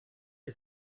you